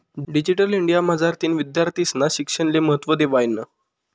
digital India मझारतीन विद्यार्थीस्ना शिक्षणले महत्त्व देवायनं